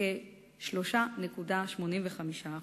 בכ-3.85%.